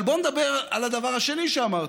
אבל בוא ונדבר על הדבר השני שאמרת,